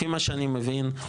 לפי מה שאני מבין,